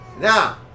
Now